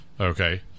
okay